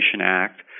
Act